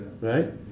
right